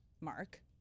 mark